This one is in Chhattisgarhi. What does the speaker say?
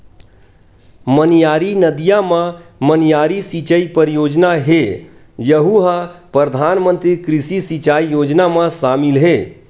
मनियारी नदिया म मनियारी सिचई परियोजना हे यहूँ ह परधानमंतरी कृषि सिंचई योजना म सामिल हे